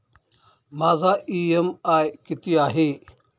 माझा इ.एम.आय किती आहे?